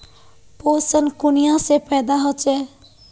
पोषण कुनियाँ से पैदा होचे?